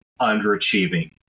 underachieving